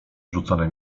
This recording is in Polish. rzucone